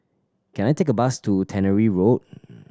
can I take a bus to Tannery Road